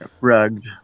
Rugged